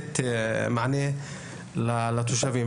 לתת מענה לתושבים.